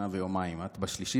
את ב-3 במאי, נכון?